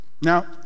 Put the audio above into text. Now